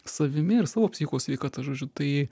savimi ir savo psichikos sveikata žodžiu tai